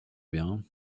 bien